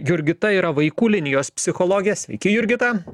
jurgita yra vaikų linijos psichologė sveiki jurgita